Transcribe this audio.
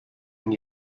and